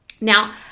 Now